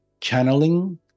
channeling